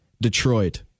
Detroit